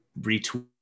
retweet